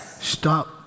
Stop